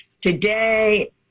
Today